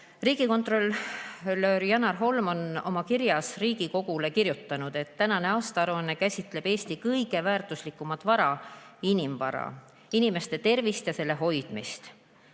tervishoius. Riigikontrolör Janar Holm on oma kirjas Riigikogule kirjutanud, et tänane aastaaruanne käsitleb Eesti kõige väärtuslikumat vara – inimvara, inimeste tervist ja selle hoidmist.